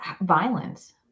violence